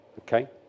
Okay